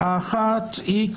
האחת היא,